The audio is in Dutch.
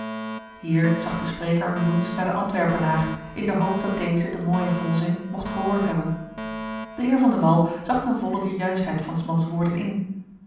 hier zag de spreker loens naar den antwerpenaar in de hoop dat deze den mooijen volzin mogt gehoord hebben de heer van de wall zag ten volle de juistheid van s mans woorden in